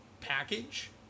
package